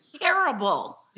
terrible